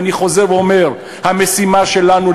ואני חוזר ואומר: המשימה שלנו,